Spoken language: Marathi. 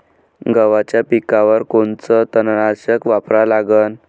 गव्हाच्या पिकावर कोनचं तननाशक वापरा लागन?